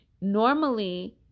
normally